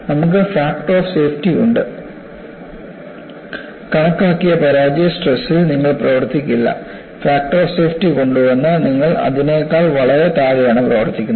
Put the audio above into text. നമുക്ക് factor of safety ഉണ്ട് കണക്കാക്കിയ പരാജയ സ്ട്രെസ്ൽ നിങ്ങൾ പ്രവർത്തിക്കില്ല ഫാക്ടർ ഓഫ് സേഫ്റ്റി കൊണ്ടുവന്ന് നിങ്ങൾ അതിനേക്കാൾ വളരെ താഴെയാണ് പ്രവർത്തിക്കുന്നത്